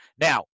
Now